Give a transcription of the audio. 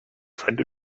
friend